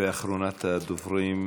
אחרונת הדוברים,